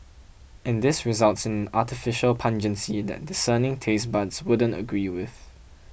and this results in artificial pungency that discerning taste buds wouldn't agree with